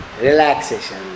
Relaxation